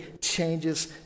changes